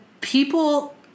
people